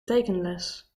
tekenles